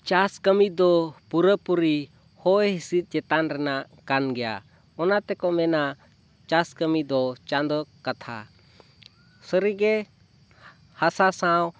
ᱪᱟᱥ ᱠᱟᱹᱢᱤ ᱫᱚ ᱯᱩᱨᱟᱹᱯᱩᱨᱤ ᱦᱚᱼ ᱦᱤᱸᱥᱤᱫ ᱪᱮᱛᱟᱱ ᱨᱮᱱᱟᱜ ᱠᱟᱱ ᱜᱮᱭᱟ ᱚᱱᱟ ᱛᱮᱠᱚ ᱢᱮᱱᱟ ᱪᱟᱥ ᱠᱟᱹᱢᱤ ᱫᱚ ᱪᱟᱸᱫᱳ ᱠᱟᱛᱷᱟ ᱥᱟᱹᱨᱤᱜᱮ ᱦᱟᱥᱟ ᱥᱟᱶ